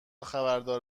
خبردار